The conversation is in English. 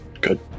good